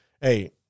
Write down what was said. hey